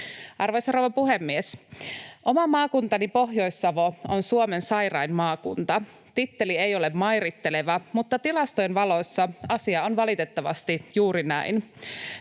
Arvoisa rouva puhemies! Oma maakuntani Pohjois-Savo on Suomen sairain maakunta. Titteli ei ole mairitteleva, mutta tilastojen valossa asia on valitettavasti juuri näin.